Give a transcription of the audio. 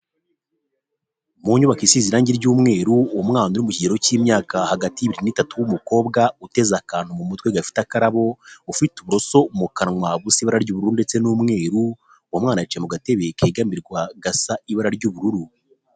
Mu nyubako isize irangi ry'umweru, umwana uri mu kigero cy'imyaka hagati y'ibiri n'itatu w'umukobwa, uteze akantu mu mutwe gafite akarabo, ufite uburoso mu kanwa busa ibara ry'ubururu ndetse n'umweru, uwo mwana yicaye mu gatebe kegamirwa, gasa ibara ry'ubururu.